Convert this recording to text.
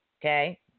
okay